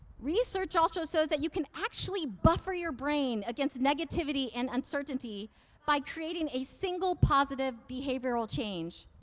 research also shows that you can actually buffer your brain against negativity and uncertainty by creating a single positive behavioral change.